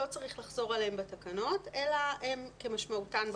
לא צריך לחזור עליהן בתקנות אלא הן כמשמעותן בחוק.